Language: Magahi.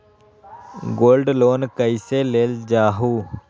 गोल्ड लोन कईसे लेल जाहु?